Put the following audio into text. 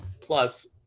Plus